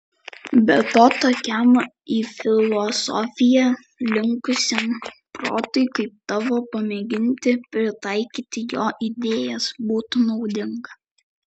be to tokiam į filosofiją linkusiam protui kaip tavo pamėginti pritaikyti jo idėjas būtų naudinga